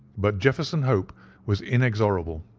but jefferson hope was inexorable.